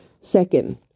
Second